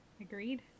Agreed